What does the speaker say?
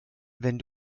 wenn